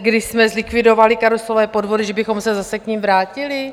Kdy jsme zlikvidovali karuselové podvody, že bychom se zase k nim vrátili?